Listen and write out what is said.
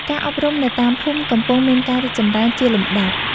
ការអប់រំនៅតាមភូមិកំពុងមានការរីកចម្រើនជាលំដាប់។